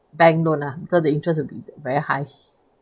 bank loan lah because the interest very high